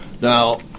Now